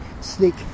sneak